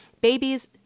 Babies